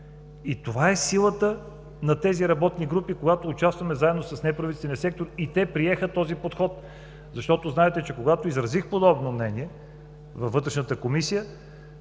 И това е силата на тези работни групи, в които участваме заедно с неправителствения сектор и те приеха този подход, защото знаете, че когато изразих подобно мнение във Вътрешната комисия,